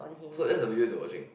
so that's the videos you are watching